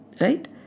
Right